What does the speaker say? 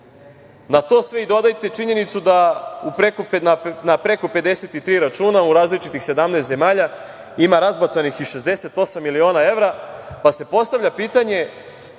Na to sve i dodajte činjenicu da na preko 53 računa u različitih 17 zemalja ima razbacanih i 68 miliona evra, pa se postavlja pitanje